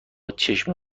چشم